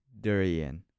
durian